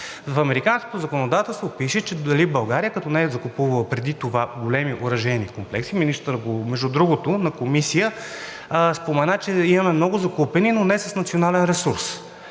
В американското законодателство пише, че България, като не е закупувала преди това големи оръжейни комплекси, между другото, министърът на Комисия спомена, че имаме много закупени, но не с национален ресурс,